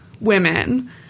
women